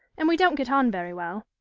and we don't get on very well.